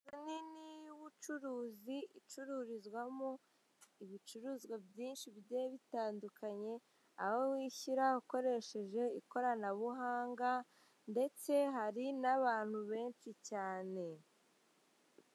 Umumama wambaye ingofero mu mutwe, akaba yambaye ikanzu yiganje mo amabara y'ubururu, umweru, umuhondo ndetse n'umukara, imbere ye hakaba hateretse ameza ateretse ho utu jerekani bashobora kwifashisha batwaramo amazi cyangwa se babikamo amata, ama teremusi n'ibindi.